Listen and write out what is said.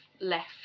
left